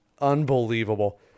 Unbelievable